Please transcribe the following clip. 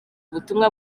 ubutumwa